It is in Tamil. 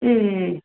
ம் ம்